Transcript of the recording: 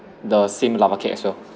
the same lava cake as well